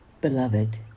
Beloved